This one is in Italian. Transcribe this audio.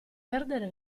perdere